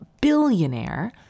billionaire